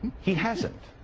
he hasn't